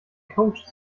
coach